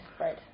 right